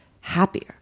happier